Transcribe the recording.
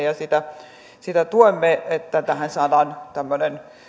ja tuemme sitä että tähän saadaan tämmöinen